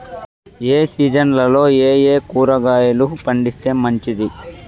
ఏ సీజన్లలో ఏయే కూరగాయలు పండిస్తే మంచిది